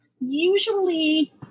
Usually